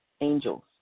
angels